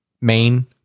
main